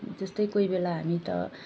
जस्तै कोही बेला हामी त